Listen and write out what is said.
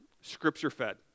scripture-fed